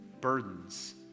Burdens